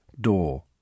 door